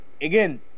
again